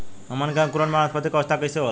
हमन के अंकुरण में वानस्पतिक अवस्था कइसे होला?